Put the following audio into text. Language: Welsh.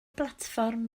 blatfform